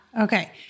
Okay